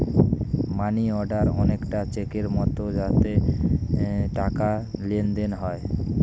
মানি order অনেকটা চেকের মতো যাতে টাকার লেনদেন হয়